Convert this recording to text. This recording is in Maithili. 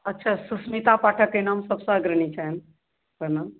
अच्छा सुष्मिता पाठकके नाम सबसँ अग्रणी छनि ओहिमे